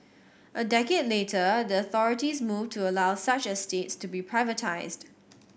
a decade later the authorities moved to allow such estates to be privatised